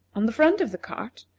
on the front of the cart,